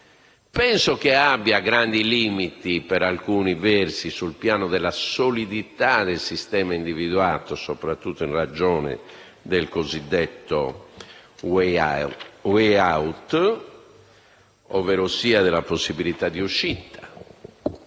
versi, abbia grandi limiti sul piano della solidità del sistema individuato, soprattutto in ragione del cosiddetto *way out*, ovverosia della possibilità di uscita